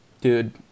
Dude